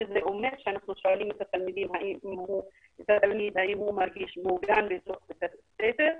זה אומר שאנחנו שואלים את התלמידים האם הוא מרגיש מוגן בתוך בית הספר.